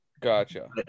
Gotcha